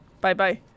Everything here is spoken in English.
Bye-bye